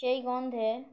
সেই গন্ধে